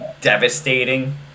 devastating